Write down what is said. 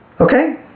Okay